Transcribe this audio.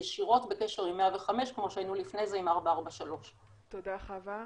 ישירות בקשר עם 105 כמו שהיינו לפני זה עם 443. תודה חוה.